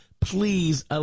please